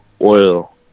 oil